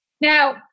Now